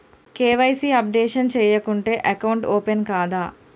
KYC updation చేయకుంటే account open కాదా?